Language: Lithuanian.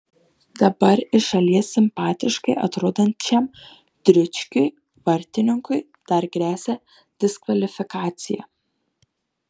dabar iš šalies simpatiškai atrodančiam dručkiui vartininkui dar gresia diskvalifikacija